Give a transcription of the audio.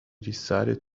decided